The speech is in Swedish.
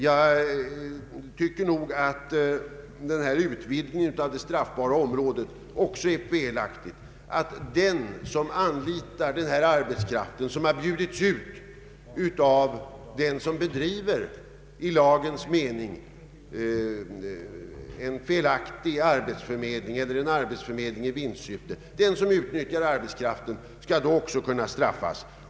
Jag tycker att utvidgningen av det straffbara området också är felaktig, dvs. att den som anlitar arbetskraft som bjudits ut av någon som i lagens mening bedriver en felaktig arbetsförmedling eller en arbetsförmedling i vinstsyfte också skall kunna straffas.